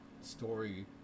story